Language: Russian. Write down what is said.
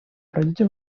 пройдите